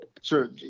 Sure